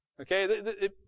Okay